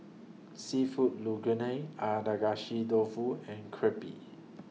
Seafood Linguine Agedashi Dofu and Crepe